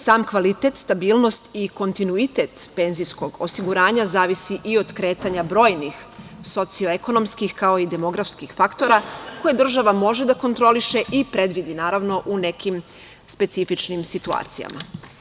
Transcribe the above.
Sam kvalitet, stabilnost i kontinuitet penzijskog osiguranja, zavisi i od kretanja brojnih socijalnoekonomskih, kao i demografskih faktora, koje država može da kontroliše i predvidi, naravno, u nekim specifičnim situacijama.